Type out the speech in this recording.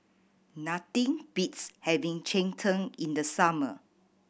nothing beats having cheng tng in the summer